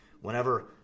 Whenever